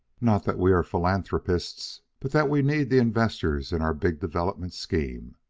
not that we are philanthropists, but that we need the investors in our big development scheme.